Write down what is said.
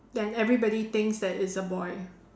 then everybody thinks that is a boy